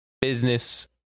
business